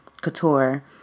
couture